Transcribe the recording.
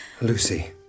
Lucy